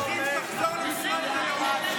אנחנו רוצים שתחזור למשרד התיירות.